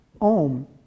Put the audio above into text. om